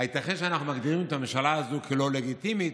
הייתכן שאנחנו מגדירים את הממשלה הזאת כלא לגיטימית?